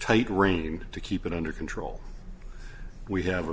tight rein to keep it under control we have a